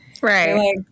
Right